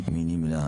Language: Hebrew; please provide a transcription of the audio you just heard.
מי נמנע?